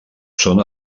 són